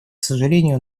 сожалению